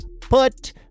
put